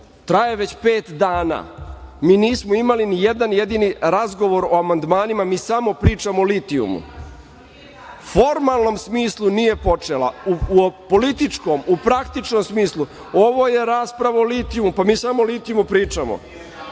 traje već pet dana. Mi nismo imali ni jedan jedini razgovor o amandmanima, mi samo pričamo o litijumu. U formalnom smislu nije počela, u političkom, u praktičnom smislu, ovo je rasprava o litijumu. Pa, mi samo o litijumu pričamo,